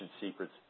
Secrets